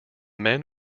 men